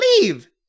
Leave